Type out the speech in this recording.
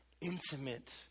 intimate